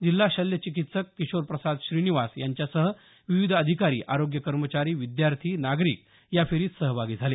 जिल्हा शल्य चिकित्सक किशोरप्रसाद श्रीनिवास यांच्यासह विविध आधिकारी आरोग्य कर्मचारी विद्यार्थी नागरिक या फेरीत सहभागी झाले